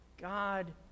God